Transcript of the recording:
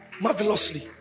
marvelously